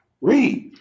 Read